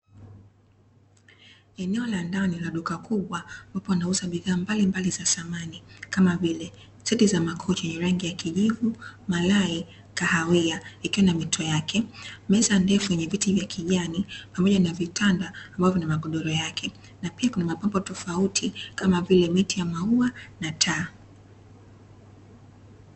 Eneo la ndani la duka kubwa ambapo wanauza bidhaa mbalimbali za samani kama vile: seti za makochi yenye rangi ya kijivu ,malai ,kahawia ikiwa na mito yake, meza ndefu yenye viti vya kijani pamoja na vitanda na magodoro yake na pia kuna mapambo tofauti kama miti ya maua na taa.